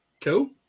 Cool